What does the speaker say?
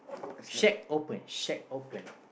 shack open shack open